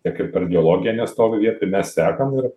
tiek ir per biologiją nestovi vietoj mes sekam ir